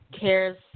cares